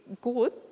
good